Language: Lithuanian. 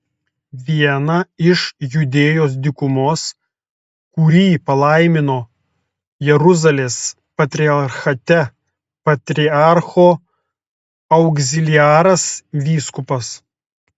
vieną iš judėjos dykumos kurį palaimino jeruzalės patriarchate patriarcho augziliaras vyskupas